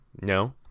No